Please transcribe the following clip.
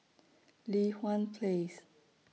Li Hwan Place